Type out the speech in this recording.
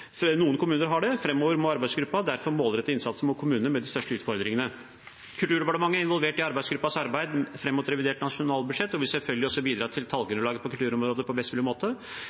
må arbeidsgruppen derfor målrette innsatsen mot kommunene med de største utfordringene. Kulturdepartementet er involvert i arbeidsgruppens arbeid fram mot revidert nasjonalbudsjett, og vil selvfølgelig også bidra til at tallgrunnlaget på kulturområdet blir best